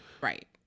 Right